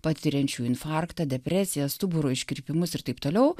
patiriančių infarktą depresiją stuburo iškrypimus ir taip toliau